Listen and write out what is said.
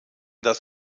das